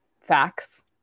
facts